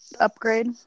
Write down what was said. upgrade